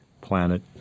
planet